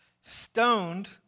stoned